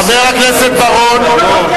חבר הכנסת בר-און,